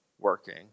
working